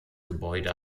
gebäude